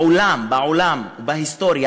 בעולם, בעולם, בהיסטוריה.